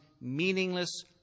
meaningless